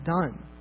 done